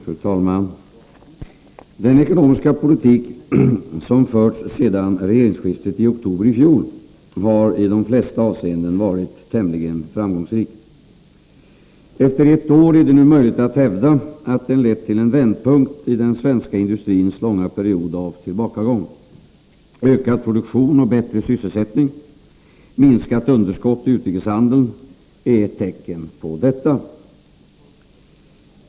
Fru talman! Den ekonomiska politik som förts sedan regeringsskiftet i oktober i fjol har i de flesta avseenden varit tämligen framgångsrik. Efter ett år är det nu möjligt att hävda att den lett till en vändpunkt i den svenska industrins långa period av tillbakagång. Ökad produktion och bättre sysselsättning, minskat underskott i utrikeshandeln är tecken på detta.